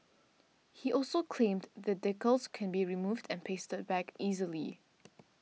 he also claimed the decals can be removed and pasted back easily